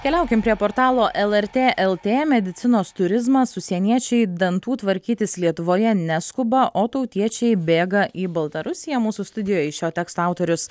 keliaukim prie portalo el er tė el tė medicinos turizmas užsieniečiai dantų tvarkytis lietuvoje neskuba o tautiečiai bėga į baltarusiją mūsų studijoj šio teksto autorius